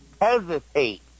hesitate